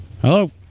Hello